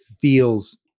feels